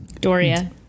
doria